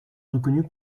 reconnue